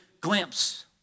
glimpse